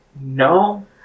no